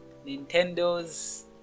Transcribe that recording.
Nintendo's